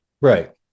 Right